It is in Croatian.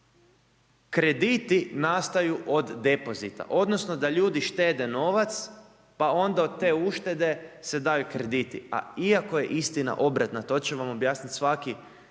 krediti nastaju od depozita odnosno da ljudi štede novac pa onda od te uštede se daju kredit iako je istina obratna, to će vam objasniti svaka